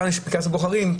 כאן יש פנקס בוחרים.